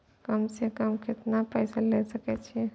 कम से कम केतना पैसा ले सके छी?